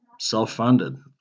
self-funded